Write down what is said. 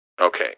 Okay